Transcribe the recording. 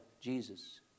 Jesus